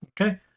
Okay